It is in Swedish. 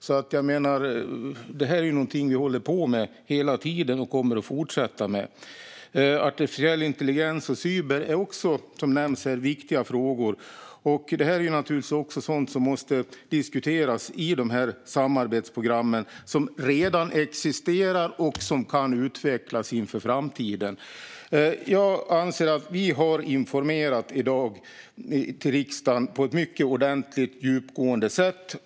Detta är alltså något som vi håller på med hela tiden och kommer att fortsätta med. Artificiell intelligens och cyber, som nämndes här, är också viktiga frågor. Detta är naturligtvis också sådant som måste diskuteras i dessa samarbetsprogram, som redan existerar och som kan utvecklas inför framtiden. Jag anser att vi i dag har informerat riksdagen på ett mycket ordentligt och djupgående sätt.